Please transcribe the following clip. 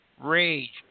rage